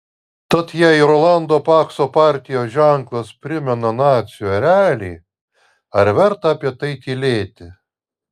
tad jei rolando pakso partijos ženklas primena nacių erelį ar verta apie tai tylėti